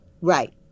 right